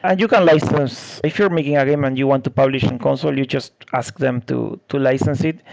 and you can license, if you're making a game and you want to publish in console, you just ask them to to license it.